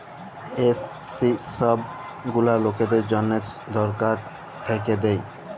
SC ছব গুলা লকদের জ্যনহে ছরকার থ্যাইকে দেয়